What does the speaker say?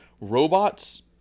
Robots